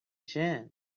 gin